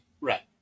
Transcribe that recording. Right